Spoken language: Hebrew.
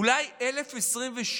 אולי 1,027?